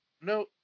No